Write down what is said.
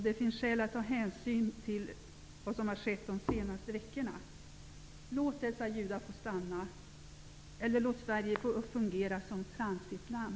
Det finns skäl att ta hänsyn till vad som har skett under de senaste veckorna. Låt dessa judar få stanna eller låt Sverige fungera som transitland!